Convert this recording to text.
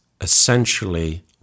essentially